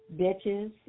bitches